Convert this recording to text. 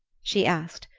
she asked,